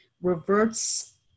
reverts